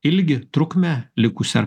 ilgį trukmę likusią ar